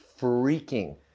freaking